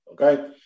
Okay